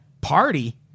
party